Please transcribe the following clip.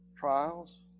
trials